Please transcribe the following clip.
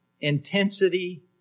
intensity